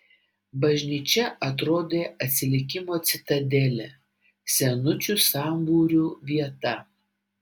bažnyčia atrodė atsilikimo citadelė senučių sambūrių vieta